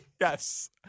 Yes